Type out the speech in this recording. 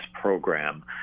program